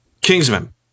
kingsman